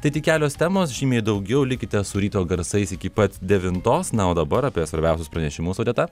tai tik kelios temos žymiai daugiau likite su ryto garsais iki pat devintos na o dabar apie svarbiausius pranešimus odeta